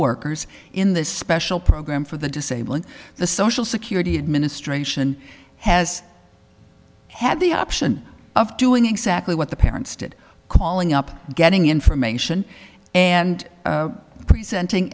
workers in the special program for the disabling the social security administration has had the option of doing exactly what the parents did calling up getting information and presenting